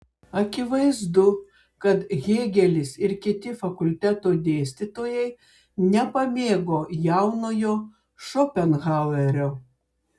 akivaizdu kad hėgelis ir kiti fakulteto dėstytojai nepamėgo jaunojo šopenhauerio